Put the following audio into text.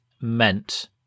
meant